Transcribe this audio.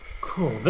Cool